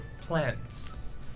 plants